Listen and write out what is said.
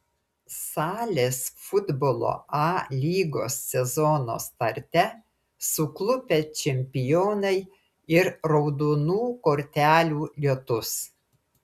salės futbolo a lygos sezono starte suklupę čempionai ir raudonų kortelių lietus